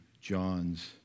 John's